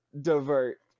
divert